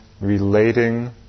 relating